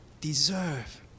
deserve